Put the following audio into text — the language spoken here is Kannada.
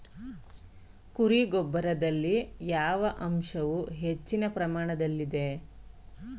ಕುರಿ ಗೊಬ್ಬರದಲ್ಲಿ ಯಾವ ಅಂಶವು ಹೆಚ್ಚಿನ ಪ್ರಮಾಣದಲ್ಲಿದೆ?